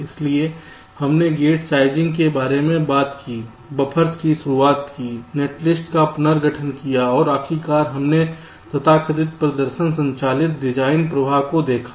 इसलिए हमने gate sizing के बारे में बात की बफ़र्स की शुरुआत की नेटलिस्ट्स का पुनर्गठन किया और आखिरकार हमने तथाकथित प्रदर्शन संचालित डिज़ाइन प्रवाह को देखा